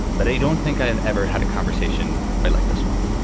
but i don't think i have ever had a conversation quite like this one,